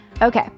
Okay